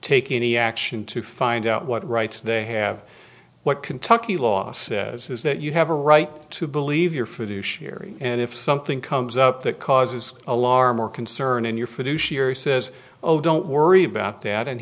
take any action to find out what rights they have what kentucky law says is that you have a right to believe your food to sherry and if something comes up that causes alarm or concern in your foo she says oh don't worry about that and